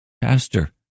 Pastor